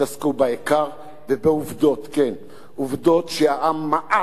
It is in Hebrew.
תתעסקו בעיקר ובעובדות, כן, עובדות, שהעם מאס